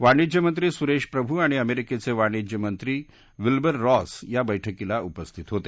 वाणिज्यमंत्री सुरेश प्रभू आणि अमेरिकेचे वाणिज्यमंत्री विल्बर रॉस या बैठकीला उपस्थित होते